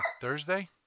Thursday